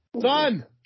Son